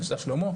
מבצע שלמה,